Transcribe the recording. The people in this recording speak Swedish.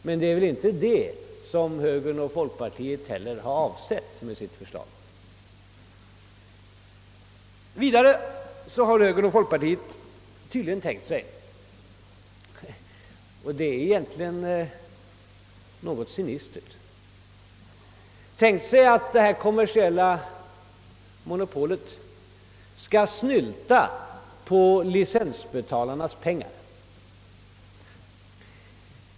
Men det har väl heller inte högern och folkpartiet avsett med sitt förslag? Vidare har högern och folkpartiet tydligen tänkt sig — egentligen är det något cyniskt — att detta kommersiella monopol skall snylta på licensbetalarnas pengar.